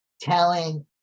telling